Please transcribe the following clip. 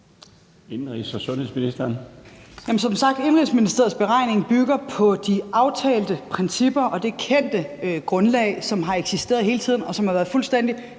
Indenrigs- og sundhedsministeren (Sophie Løhde): Indenrigsministeriets beregning bygger som sagt på de aftalte principper og det kendte grundlag, som har eksisteret hele tiden, og som har været fuldstændig